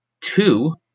two